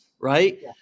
right